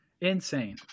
Insane